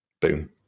Boom